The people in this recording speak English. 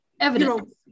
evidence